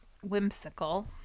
whimsical